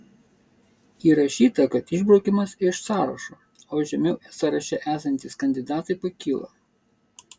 įrašyta kad išbraukiamas iš sąrašo o žemiau sąraše esantys kandidatai pakyla